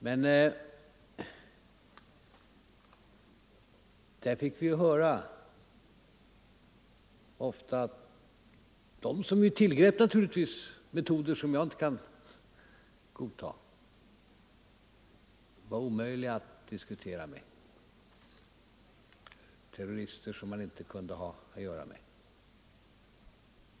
Men då fick vi ofta höra att de som tillgrep sådana metoder — som jag naturligtvis inte kan godta — var omöjliga att diskutera med, de var terrorister som man inte kunde ha att göra med.